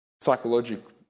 psychological